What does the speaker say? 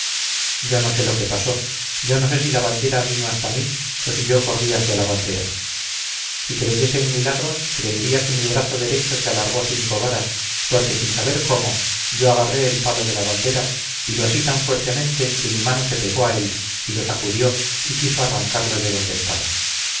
yo no sé lo que pasó yo no sé si la bandera vino hasta mí o si yo corrí hacia la bandera si creyese en milagros creería que mi brazo derecho se alargó cinco varas porque sin saber cómo yo agarré el palo de la bandera y lo así tan fuertemente que mi mano se pegó a él y lo sacudió y quiso arrancarlo de donde estaba